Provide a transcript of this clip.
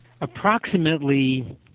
Approximately